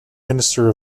minister